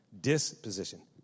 Disposition